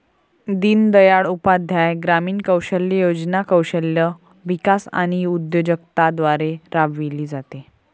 दीनदयाळ उपाध्याय ग्रामीण कौशल्य योजना कौशल्य विकास आणि उद्योजकता द्वारे राबविली जाते